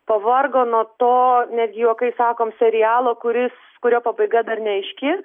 pavargo nuo to netgi juokais sakom serialo kuris kurio pabaiga dar neaiški